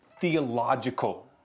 theological